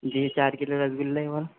जी चार किलो रसगुल्ले और